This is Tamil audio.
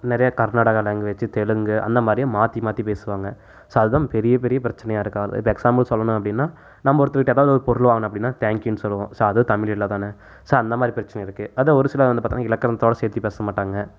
நிறைய கர்நாடகா லாங்குவேஜ் தெலுங்கு அந்த மாதிரி மாற்றி மாற்றி பேசுவாங்க ஸோ அதுதான் பெரிய பெரிய பிரச்சனையாக இருக்குது அது இப்போ எக்சாம்பிள் சொல்லணும் அப்படின்னா நம்ம ஒருத்தவங்க கிட்டே அதாவது ஒரு பொருள் வாங்கணும் அப்படின்னா தேங்க்யூன்னு சொல்வோம் ஸோ அது தமிழ் இல்லை தானே ஸோ அந்த மாதிரி பிரச்சனை இருக்குது அதான் ஒரு சிலவங்க வந்து பாத்தோன்னா இலக்கணத்தோடு சேத்து பேச மாட்டாங்க